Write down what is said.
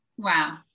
Wow